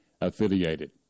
affiliated